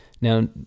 now